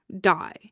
die